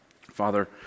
Father